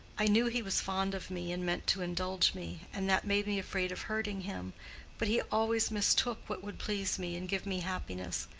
i knew he was fond of me and meant to indulge me, and that made me afraid of hurting him but he always mistook what would please me and give me happiness.